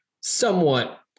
somewhat